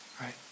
right